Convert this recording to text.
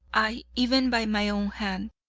aye even by my own hand.